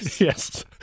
Yes